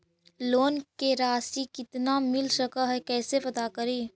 Loan के रासि कितना मिल सक है कैसे पता करी?